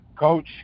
Coach